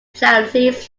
charities